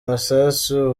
masasu